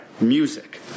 music